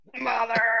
Mother